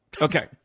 Okay